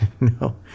no